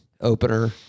opener